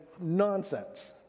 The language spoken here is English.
nonsense